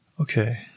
Okay